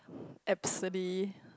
absolutely